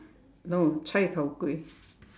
no cai-tao-kway